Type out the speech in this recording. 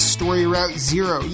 StoryRouteZero